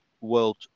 World